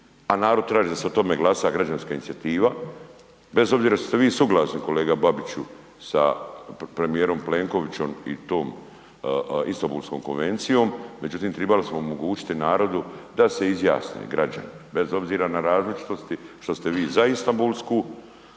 a narod traži da o tome glasa, građanska inicijativa, bez obzira šta ste vi suglasni kolega Babiću sa premijerom Plenkovićem i tom Istanbulskom konvencijom, međutim trebali smo omogućiti narodu da se izjasne građani, bez obzira na različitosti što ste vi za Istanbulsku